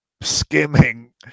skimming